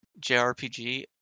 jrpg